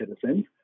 citizens